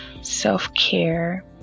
self-care